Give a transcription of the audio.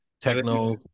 Techno